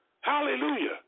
Hallelujah